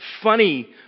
funny